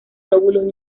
lóbulos